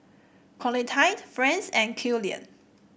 Clotilde Franz and Killian